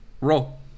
Roll